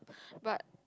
but